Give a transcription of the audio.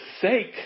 sake